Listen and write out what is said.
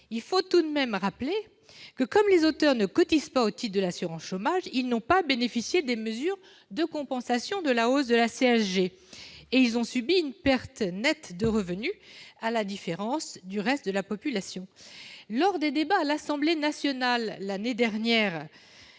Il faut rappeler que, comme les auteurs ne cotisent pas au titre de l'assurance chômage, ils n'ont pas bénéficié des mesures de compensation de la hausse de la CSG. Ils ont donc subi une perte nette de revenus, à la différence du reste de la population. Lors des débats sur ce sujet, l'année dernière,